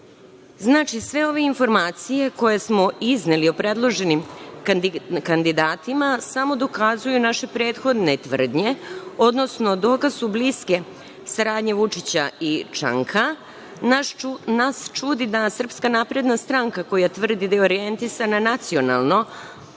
Znači sve ove informacije koje smo izneli o predloženim kandidatima samo dokazuju naše prethodne tvrdnje, odnosno dokaz su bliske saradnje Vučića i Čanka. Nas čudi SNS koja tvrdi da je orijentisana nacionalno,